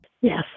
yes